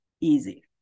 easy